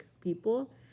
people